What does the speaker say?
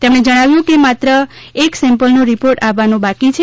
તેમણે જણાવ્યું કે માત્ર એક સેમ્પલનો રિપોર્ટ આવવાનો બાકી છે